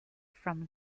from